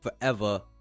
forever